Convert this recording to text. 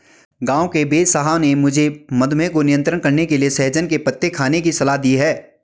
गांव के वेदसाहब ने मुझे मधुमेह को नियंत्रण करने के लिए सहजन के पत्ते खाने की सलाह दी है